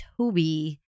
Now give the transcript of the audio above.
Toby